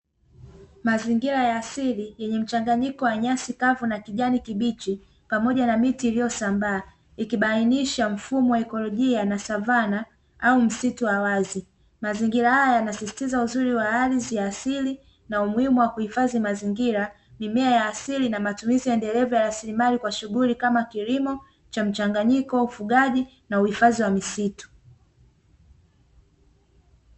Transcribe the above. Mazingira ya asili yenye mchanganyiko wa nyasi kavu na kijani kibichi, pamoja na miti iliyosambaa. Ikibainisha mfumo wa ekolojia na savana au msitu wa wazi, mazingira haya yanasisitiza uzuri wa ardhii asili na umuhimu wa kuhifadhi mazingira, mimea ya asili na matumizi ya gereza rasilimali kwa shughuli kama; kilimo cha mchanganyiko, ufugaji na uhifadhi wa misitu.